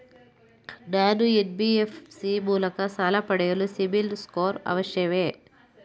ನಾನು ಎನ್.ಬಿ.ಎಫ್.ಸಿ ಮೂಲಕ ಸಾಲ ಪಡೆಯಲು ಸಿಬಿಲ್ ಸ್ಕೋರ್ ಅವಶ್ಯವೇ?